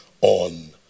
on